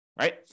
right